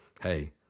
hey